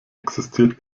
existiert